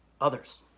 others